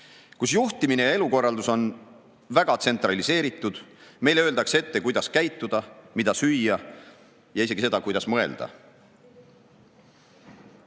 kus juhtimine ja elukorraldus on väga tsentraliseeritud. Meile öeldakse ette, kuidas käituda, mida süüa ja isegi seda, kuidas mõelda.